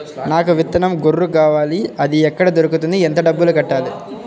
నాకు విత్తనం గొర్రు కావాలి? అది ఎక్కడ దొరుకుతుంది? ఎంత డబ్బులు కట్టాలి?